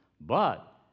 But